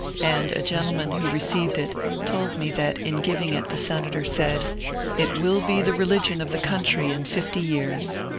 and a gentleman who received it told me that in giving it the senator said it will be the religion of the country in fifty years.